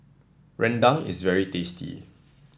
Rendang is very tasty